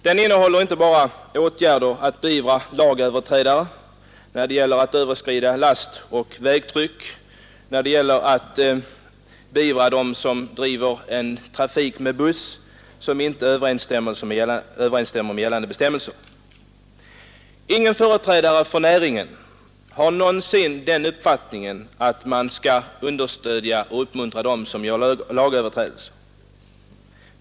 Den innehåller inte bara förslag på åtgärder för att beivra lagöverträdelser bestående i överskridande av gällande bestämmelser för last och vägtryck utan också för att hålla efter dem som bedriver busstrafik på ett sätt som inte överensstämmer med bestämmelserna. Ingen företrädare för trafiknäringen har den uppfattningen att man skall skydda och uppmuntra människor som överträder lagen.